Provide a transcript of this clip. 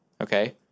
Okay